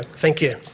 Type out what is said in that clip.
thank you.